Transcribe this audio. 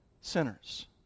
sinners